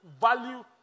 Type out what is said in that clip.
value